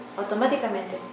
automáticamente